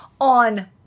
on